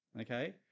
Okay